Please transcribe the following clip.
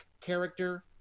character